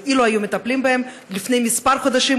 אילו היו מטפלים בהם לפני כמה חודשים,